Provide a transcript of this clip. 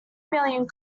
million